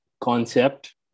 concept